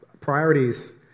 priorities